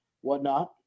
whatnot